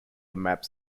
maps